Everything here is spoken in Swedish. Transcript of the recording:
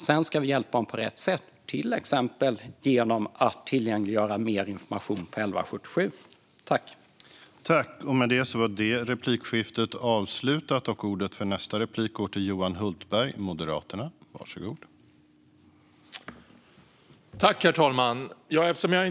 Sedan ska vi också hjälpa dem på rätt sätt, till exempel genom att tillgängliggöra mer information på 1177.